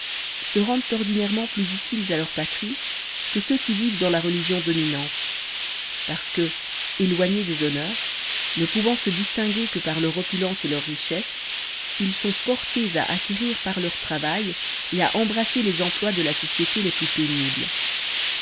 se rendent ordinairement plus utiles à leur patrie que ceux qui vivent dans la religion dominante parce que éloignés des honneurs ne pouvant se distinguer que par leur opulence et leurs richesses ils sont portés à acquérir par leur travail et à embrasser les emplois de la société les plus pénibles